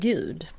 Gud